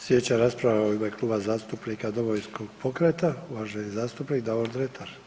Sljedeća rasprava u ime Kluba zastupnika Domovinskog pokreta, uvaženi zastupnik Davor Dretar.